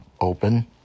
open